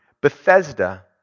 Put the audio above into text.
Bethesda